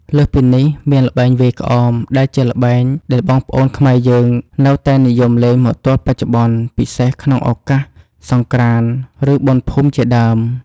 លើសពីនេះមានល្បែងវាយក្អម ដែលជាល្បែងដែលបងប្អូនខ្មែរយើងនៅតែនិយមលេងមកទល់បច្ចុប្បន្ន ពិសេសក្នុងឱកាសសង្ក្រាន្ត ឬ បុណ្យភូមិជាដើម។